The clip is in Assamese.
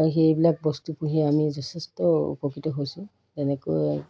আৰু সেইবিলাক বস্তু পুহি আমি যথেষ্ট উপকৃত হৈছোঁ যেনেকৈ